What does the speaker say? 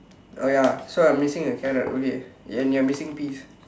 oh ya so I'm missing a carrot okay and you're missing peas